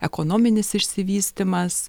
ekonominis išsivystymas